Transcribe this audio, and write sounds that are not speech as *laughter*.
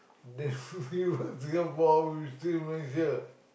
then *laughs* we work Singapore will stay Malaysia